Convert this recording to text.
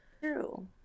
true